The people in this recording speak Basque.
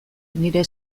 nire